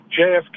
JFK